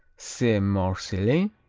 saint-marcellin